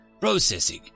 Processing